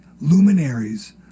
luminaries